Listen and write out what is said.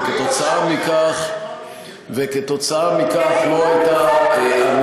וכתוצאה מכך לא הייתה,